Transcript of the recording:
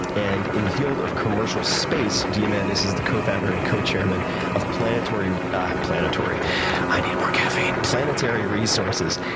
and in the field of commercial space, diamandis is the co-founder and co-chairman of planetory planetory i need more caffeine planetary resources,